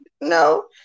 No